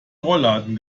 rollladen